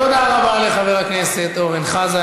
תודה רבה לחבר הכנסת אורן חזן.